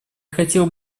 хотел